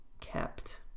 kept